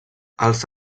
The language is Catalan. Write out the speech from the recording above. els